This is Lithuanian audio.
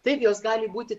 taip jos gali būti